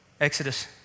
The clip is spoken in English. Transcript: Exodus